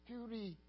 Purity